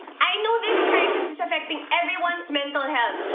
i know this crisis is affecting everyone's mental health.